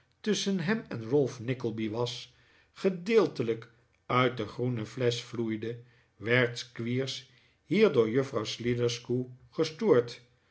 tusschen hem en ralph nickleby was gedeeltelijk uit de groene flesch vloeide werd squeers hier door juffrpuw sliderskew gestoord